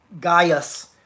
Gaius